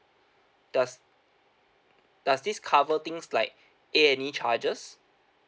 does does this cover things like A&E charges